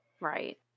right